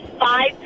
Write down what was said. five